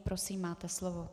Prosím, máte slovo.